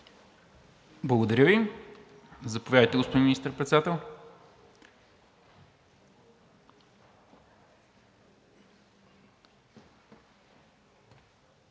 Благодаря Ви. Заповядайте, господин Министър-председател.